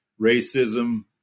racism